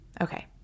Okay